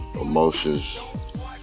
emotions